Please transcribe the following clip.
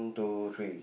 two three